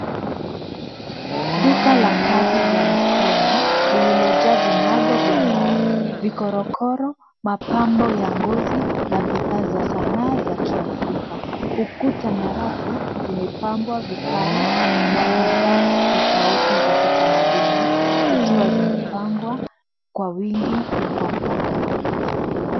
Duka la kazi za mikono lililojaa vinyago vya mbao, vikorokoro, mapambo ya ngozi na bidhaa za sanaa za kiafrika. Ukuta na rafu zimepambwa vikali na bidhaa tofauti za kitamaduni zikiwa zimepangwa kwa wingi na kwa mpangilio.